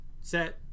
Set